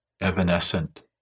evanescent